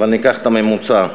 אבל ניקח את הממוצע,